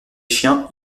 chiens